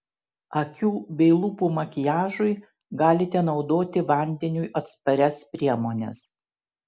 akių bei lūpų makiažui galite naudoti vandeniui atsparias priemones